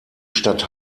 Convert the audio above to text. stadt